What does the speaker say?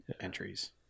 entries